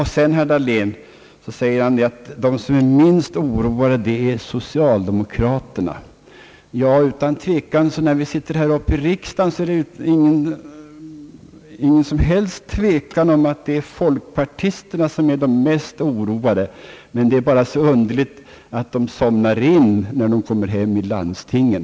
Herr Dahlén sade att socialdemokraterna är de minst oroade. Ja, utan tvekan. Här i riksdagen råder det ingen som helst tvekan om att det är folkpartisterna som är de mest oroade. Det är bara så underligt att de somnar in, när de kommer hem i landstingen.